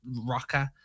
rocker